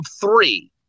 three